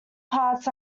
parts